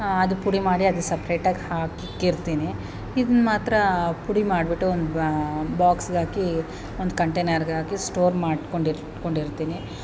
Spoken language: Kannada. ಹಾಂ ಅದು ಪುಡಿ ಮಾಡಿ ಅದು ಸಪ್ರೇಟಾಗಿ ಹಾಕಿರ್ತೀನಿ ಇದ್ನ ಮಾತ್ರ ಪುಡಿ ಮಾಡಿಬಿಟ್ಟು ಒಂದು ಬಾಕ್ಸ್ಗೆ ಹಾಕಿ ಒಂದು ಕಂಟೈನರ್ಗೆ ಹಾಕಿ ಸ್ಟೋರ್ ಮಾಡ್ಕೊಂಡಿರು ಕೊಂಡಿರ್ತೀನಿ